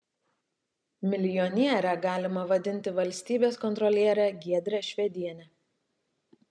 milijoniere galima vadinti valstybės kontrolierę giedrę švedienę